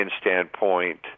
standpoint